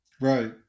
Right